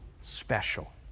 special